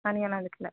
தனியாலாம் அதுக்கில்லை